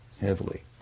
heavily